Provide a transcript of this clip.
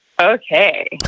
Okay